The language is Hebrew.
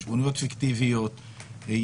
חשבוניות פיקטיביות,